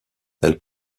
elles